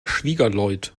schwiegerleut